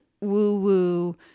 woo-woo